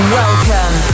welcome